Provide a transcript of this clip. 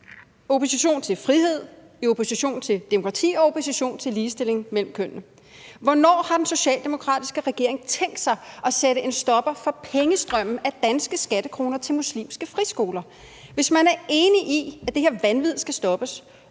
opposition til frihed, i opposition til demokrati og i opposition til ligestilling mellem kønnene. Hvornår har den socialdemokratiske regering tænkt sig at sætte en stopper for pengestrømme af danske skattekroner til muslimske friskoler? Hvis man er enig i, at det her vanvid skal stoppes,